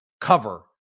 cover